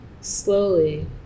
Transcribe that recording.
slowly